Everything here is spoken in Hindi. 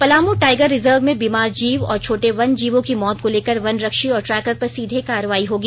पलामू टाइगर रिजर्व में बीमार जीव और छोटे वन जीवोंकी मौत को लेकर वन रक्षी और ट्रैकर पर सीधे कार्रवाई होगी